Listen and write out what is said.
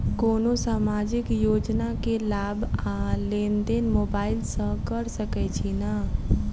कोनो सामाजिक योजना केँ लाभ आ लेनदेन मोबाइल सँ कैर सकै छिःना?